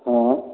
हँऽ